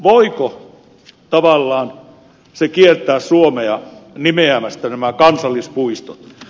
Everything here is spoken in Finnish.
voiko se tavallaan kieltää suomea nimeämästä nämä kansallispuistot